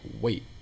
wait